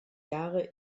jahre